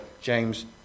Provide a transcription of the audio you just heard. James